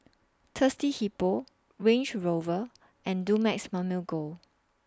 Thirsty Hippo Range Rover and Dumex Mamil Gold